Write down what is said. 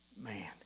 man